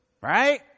Right